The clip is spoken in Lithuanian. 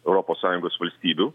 europos sąjungos valstybių